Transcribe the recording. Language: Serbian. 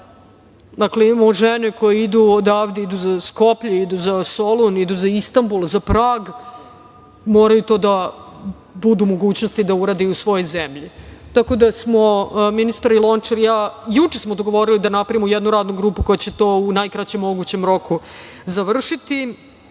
Dakle, imamo žene koje idu odavde, idu za Skoplje, idu za Solun, idu za Istanbul, za Prag, moraju da imaju mogućnosti da urade i u svojoj zemlji. Tako da smo ministar Lončar i ja juče se dogovorili da napravimo jednu radnu grupu koja će to u najkraćem mogućem roku završiti.